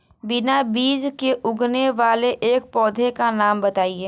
बिना बीज के उगने वाले एक पौधे का नाम बताइए